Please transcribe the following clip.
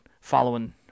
following